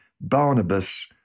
Barnabas